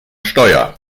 steuer